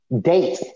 date